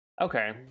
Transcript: Okay